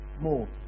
more